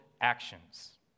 actions